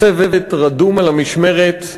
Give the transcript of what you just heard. הצוות רדום על המשמרת,